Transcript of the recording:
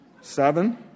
Seven